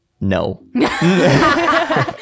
No